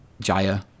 Jaya